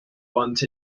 want